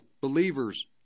believers